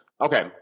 Okay